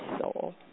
soul